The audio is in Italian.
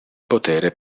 potere